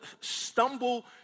stumble